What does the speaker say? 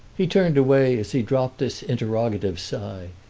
he turned away as he dropped this interrogative sigh,